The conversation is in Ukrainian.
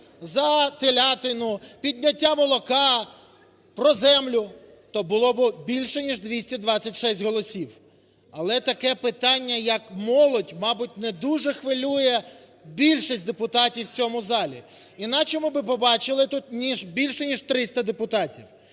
за телятину, підняття молока, про землю, то було би більше ніж 226 голосів. Але таке питання, як молодь, мабуть, не дуже хвилює більшість депутатів в цьому залі, іначе ми би побачили тут більше, ніж 300 депутатів.